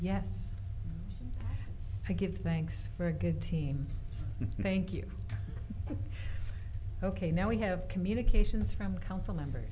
yes i give thanks for a good team thank you ok now we have communications from council member